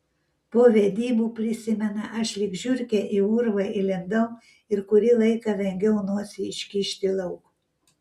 po vedybų prisimena aš lyg žiurkė į urvą įlindau ir kurį laiką vengiau nosį iškišti lauk